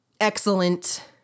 Excellent